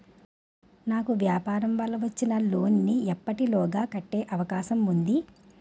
నాకు వ్యాపార వల్ల వచ్చిన లోన్ నీ ఎప్పటిలోగా కట్టే అవకాశం ఉంది?